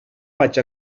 vaig